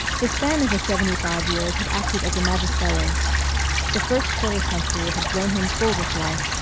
the span of his seventy-five years had acted as a magic bellows the first quarter-century had blown him full with life,